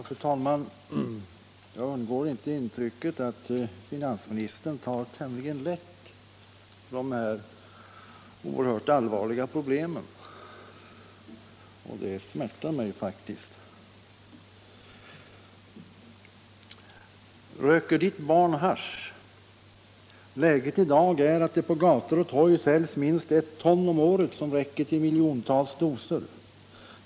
Fru talman! Jag undgår inte intrycket att finansministern tar tämligen lätt på dessa oerhört allvarliga problem, och det smärtar mig faktiskt. ”Röker ditt barn hasch? Läget i dag är att det på gator och torg säljs minst ett ton hasch om året. Det räcker till miljontals doser.